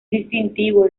distintivo